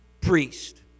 Priest